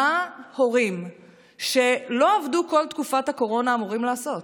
מה הורים שלא עבדו כל תקופת הקורונה אמורים לעשות?